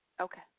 Okay